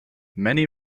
many